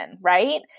right